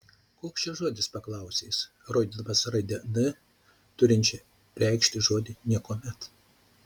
koks čia žodis paklausė jis rodydamas raidę n turinčią reikšti žodį niekuomet